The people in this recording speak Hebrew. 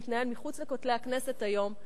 שמתנהל מחוץ לכותלי הכנסת היום,